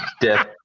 death